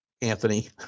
Anthony